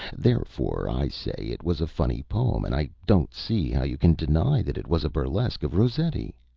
therefore i say it was a funny poem, and i don't see how you can deny that it was a burlesque of rossetti.